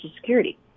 security